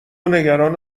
نگران